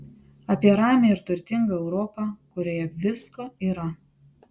apie ramią ir turtingą europą kurioje visko yra